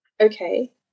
okay